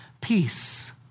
peace